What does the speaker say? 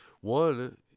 one